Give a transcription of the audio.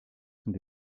sont